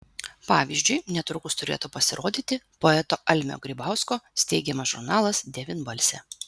pavyzdžiui netrukus turėtų pasirodyti poeto almio grybausko steigiamas žurnalas devynbalsė